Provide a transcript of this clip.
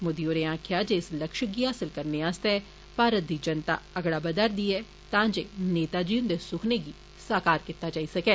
मोदी होरें आक्खेआ जे इस लक्ष्य गी हासिल करने आस्तै भारत दी जनता अगड़ा बदा रदी ऐ तां ते नेताजी हुन्दे सुखने गी साकार कीता जाई सकै